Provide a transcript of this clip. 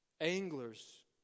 Anglers